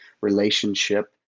relationship